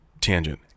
Tangent